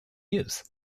use